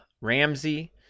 Ramsey